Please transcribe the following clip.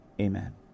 Amen